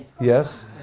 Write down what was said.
Yes